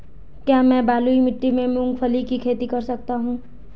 क्या मैं बलुई मिट्टी में मूंगफली की खेती कर सकता हूँ?